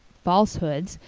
falsehoods,